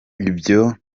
ibyo